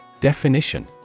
Definition